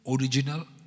original